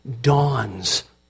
dawns